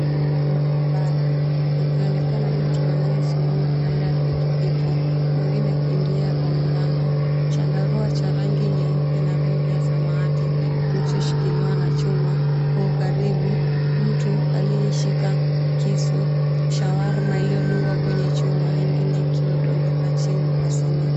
Barabara kukionekana mtu anayesimama kando ya pikipiki mwingine akiingia kwa milango. Chandarua cha rangi nyeupe na rangi ya samawati kilichoshimiliwa na chuma. Kwa ukaribu mtu aliyeshikwa kisu shawarma iliyodungwa kwenye chuma nyingine ikidondoka chini kwa sini.